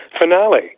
finale